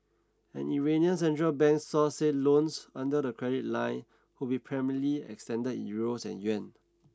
an Iranian central bank source said loans under the credit line would be primarily extended in Euros and yuan